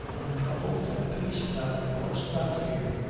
untroubled, at peace, without remorse, without fear.